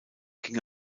ging